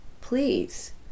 please